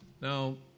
Now